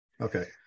Okay